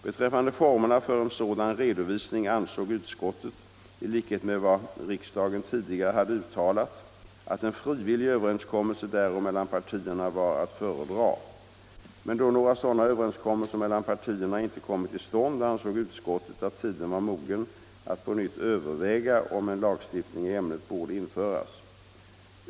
Beträffande formerna för en sådan redovisning ansåg utskottet i likhet med vad riksdagen tidigare hade uttalat att en frivillig överenskommelse därom mellan partierna var att föredra. Men då några överenskommelser mellan partierna inte kommit till stånd ansåg utskottet att tiden var mogen att på nytt överväga om en lagstiftning i ämnet borde införas.